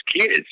kids